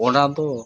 ᱚᱱᱟ ᱫᱚ